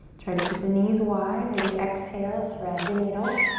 try to keep the knees wide. as you exhale, thread the needle.